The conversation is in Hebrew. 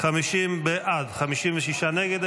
50 בעד, 56 נגד.